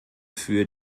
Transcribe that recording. für